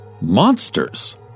Monsters